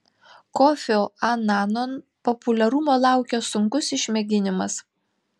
kofio anano populiarumo laukia sunkus išmėginimas